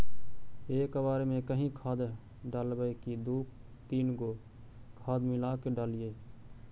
एक बार मे एकही खाद डालबय की दू तीन गो खाद मिला के डालीय?